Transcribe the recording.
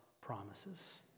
promises